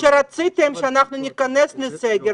כשרציתם שניכנס לסגר,